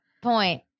Point